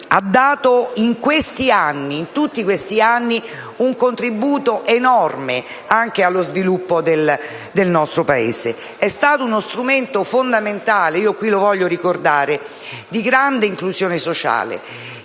ha dato, in tutti questi anni, un contributo enorme anche allo sviluppo del nostro Paese, uno strumento fondamentale - lo voglio qui ricordare - di grande inclusione sociale.